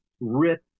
rip